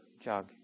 jug